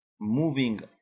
moving